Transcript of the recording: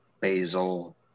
basil